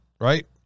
right